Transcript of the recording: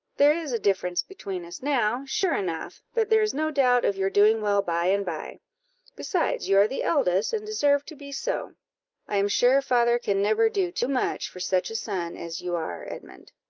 there is a difference between us now, sure enough but there is no doubt of your doing well by and by besides, you are the eldest, and deserve to be so i am sure father can never do too much for such a son as you are, edmund.